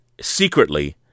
secretly